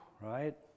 Right